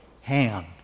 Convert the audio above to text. hand